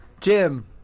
Jim